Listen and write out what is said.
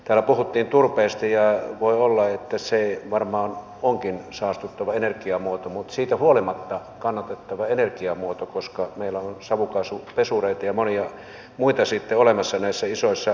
täällä puhuttiin turpeesta ja voi olla että se varmaan onkin saastuttava energiamuoto mutta siitä huolimatta kannatettava energiamuoto koska meillä on savukaasupesureita ja monia muita sitten olemassa näissä isoissa voimalaitoksissa